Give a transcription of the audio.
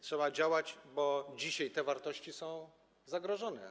Trzeba działać, bo dzisiaj te wartości są zagrożone.